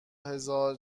هزار